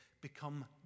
become